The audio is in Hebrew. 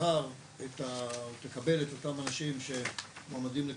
תבחר או תקבל את אותם אנשים שמועמדים לקליטה,